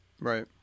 Right